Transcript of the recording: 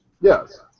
yes